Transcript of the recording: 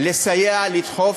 לסייע, לדחוף.